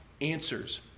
answers